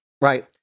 Right